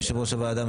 יושב ראש הוועדה,